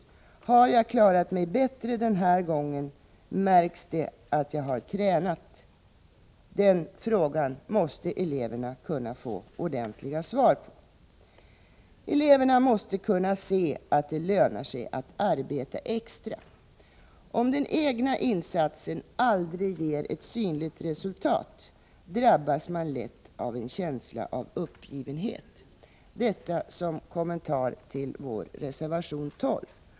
”Har jag klarat mig bättre den här gången? Märks det att jag har tränat?” De frågorna måste eleverna få ordentliga svar på. Eleverna måste kunna se att det lönar sig att arbeta extra. Om den egna insatsen aldrig ger ett synligt resultat drabbas man lätt av en känsla av uppgivenhet. Detta som kommentar till vår reservation nr 12.